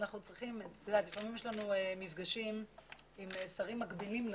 לפעמים יש לנו מפגשים עם שרים מקבילים לנו.